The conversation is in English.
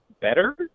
better